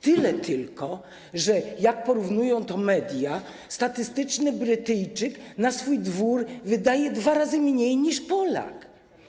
Tyle tylko, że jak porównują to media, statystyczny Brytyjczyk na swój dwór wydaje dwa razy mniej niż Polak.